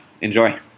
Enjoy